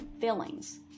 feelings